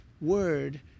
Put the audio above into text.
word